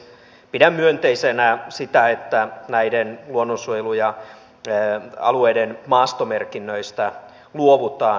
pidän myönteisenä sitä että näiden luonnonsuojelualueiden maastomerkinnöistä luovutaan